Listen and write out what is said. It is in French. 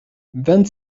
vingt